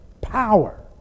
power